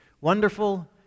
Wonderful